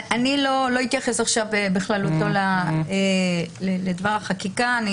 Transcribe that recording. אני לא אתייחס עכשיו לדבר החקיקה בכללותו.